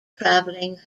traveling